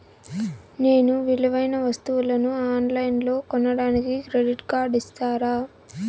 నేను విలువైన వస్తువులను ఆన్ లైన్లో కొనడానికి క్రెడిట్ కార్డు ఇస్తారా?